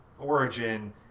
origin